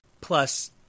plus